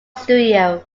studio